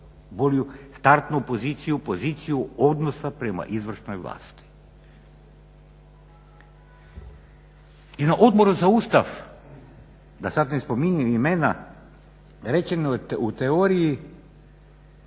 bolju startnu poziciju, poziciju odnosa prema izvršnoj vlasti. I na Odboru za Ustav, da sada ne spominjem imena rečeno je u teoriji